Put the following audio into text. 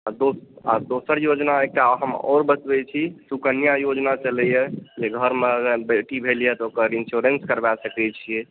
आ दोसर योजना एकटा हम आओर बतबै छी सुकन्या योजना चलैया जाहिमे घरमे अगर बेटी भेल यऽ तऽ ओकर इन्शुरेन्स करबा सकै छियै